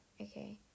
okay